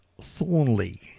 Thornley